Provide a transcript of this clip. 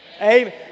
Amen